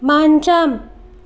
మంచం